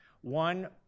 One